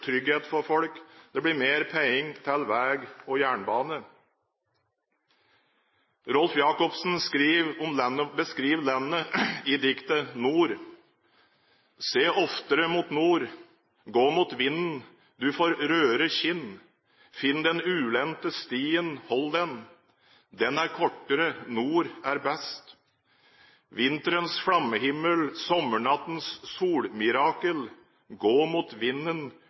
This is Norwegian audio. trygghet for folk. Det blir mer penger til vei og jernbane. Rolf Jacobsen beskriver landet vårt i diktet «Nord»: «Se oftere mot nord. Gå mot vinden, du får rødere kinn. Finn den ulendte stien. Hold den. Den er kortere. Nord er best. Vinterens flammehimmel, sommer- nattens solmirakel. Gå mot vinden.